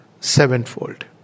sevenfold